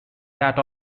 that